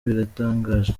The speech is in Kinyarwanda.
biratangaje